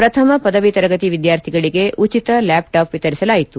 ಶ್ರಥಮ ಪದವಿ ತರಗತಿ ವಿದ್ವಾರ್ಥಿಗಳಿಗೆ ಉಚಿತ ಲ್ಲಾಪ್ಟಾಪ್ ವಿತರಿಸಲಾಯಿತು